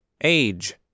Age